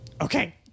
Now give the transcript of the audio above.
okay